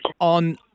on